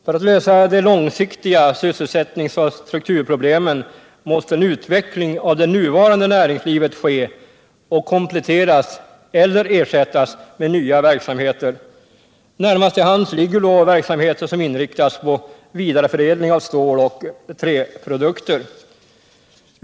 För att man skall kunna lösa de långsiktiga sysselsättningsoch strukturproblemen måste en utveckling av det nuvarande näringslivet ske och kompletteras eller ersättas med nya verksamheter. Närmast till hands ligger då verksamheter som inriktas på vidareförädling av ståloch träprodukter.